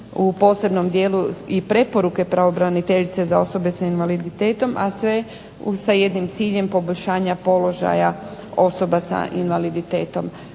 u posebnom dijelu i preporuke pravobraniteljice za osobe s invaliditetom a sve sa jednim ciljem poboljšanja položaja osoba s invaliditetom.